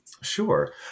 Sure